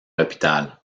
l’hôpital